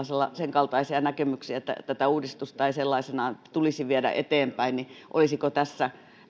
sen kaltaisia näkemyksiä että tätä uudistusta ei sellaisenaan tulisi viedä eteenpäin niin olisiko tässä